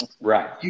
right